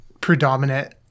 predominant